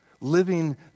living